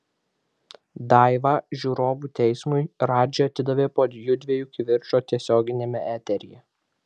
daivą žiūrovų teismui radži atidavė po jųdviejų kivirčo tiesioginiame eteryje